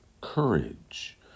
courage